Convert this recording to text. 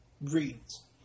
reads